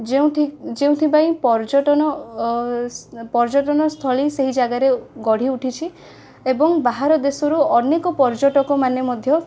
ଯେଉଁଠି ଯେଉଁଥିପାଇଁ ପର୍ଯ୍ୟଟନ ଓ ପର୍ଯ୍ୟଟନସ୍ଥଳୀ ସେଇ ଜାଗାରେ ଗଢ଼ି ଉଠିଛି ଏବଂ ବାହାର ଦେଶରୁ ଅନେକ ପର୍ଯ୍ୟଟକମାନେ ମଧ୍ୟ